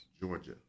Georgia